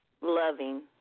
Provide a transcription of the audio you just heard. Loving